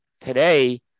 today